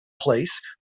place